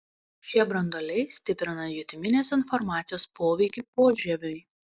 šie branduoliai stiprina jutiminės informacijos poveikį požieviui